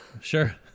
Sure